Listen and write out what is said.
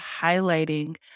highlighting